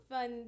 fun